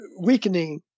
weakening